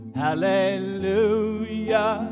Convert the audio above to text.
hallelujah